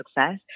success